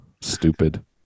Stupid